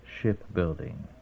shipbuilding